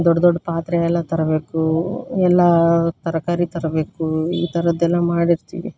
ದೊಡ್ಡ ದೊಡ್ಡ ಪಾತ್ರೆಯೆಲ್ಲ ತರಬೇಕು ಎಲ್ಲ ತರಕಾರಿ ತರಬೇಕು ಈ ಥರದ್ದೆಲ್ಲ ಮಾಡಿರ್ತೀವಿ